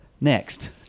Next